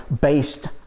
based